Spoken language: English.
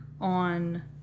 on